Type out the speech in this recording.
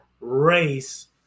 race